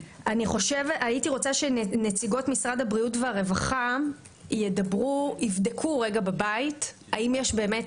הייתי רוצה שנציגות משרד הבריאות והרווחה יבדקו בבית אם יש באמת